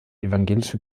evangelische